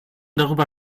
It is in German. darüber